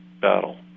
battle